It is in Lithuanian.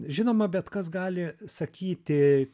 žinoma bet kas gali sakyti